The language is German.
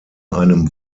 einem